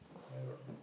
I don't know